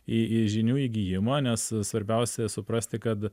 į į žinių įgijimą nes svarbiausia suprasti kad